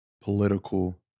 political